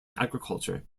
agriculture